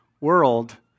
world